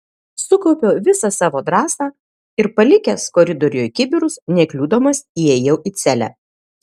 sukaupiau visą savo drąsą ir palikęs koridoriuje kibirus nekliudomas įėjau į celę